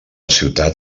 ciutat